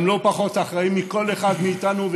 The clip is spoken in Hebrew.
הם לא פחות אחראים מכל אחד מאיתנו,